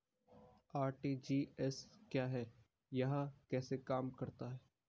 RTGS क्या है यह कैसे काम करता है?